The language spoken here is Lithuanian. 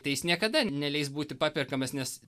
tai jis niekada neleis būti paperkamas nes